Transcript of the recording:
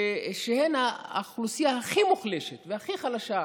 שהן האוכלוסייה הכי מוחלשת והכי חלשה,